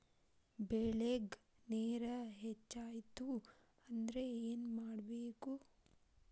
ಬೆಳೇಗ್ ನೇರ ಹೆಚ್ಚಾಯ್ತು ಅಂದ್ರೆ ಏನು ಮಾಡಬೇಕು?